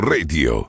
Radio